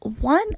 one